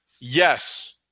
yes